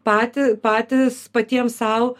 pati patys patiems sau